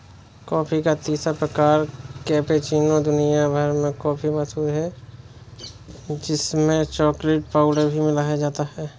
coffee का तीसरा प्रकार कैपेचीनो दुनिया भर में काफी मशहूर है जिसमें चॉकलेट पाउडर भी मिलाया जाता है